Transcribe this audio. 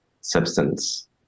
substance